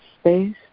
space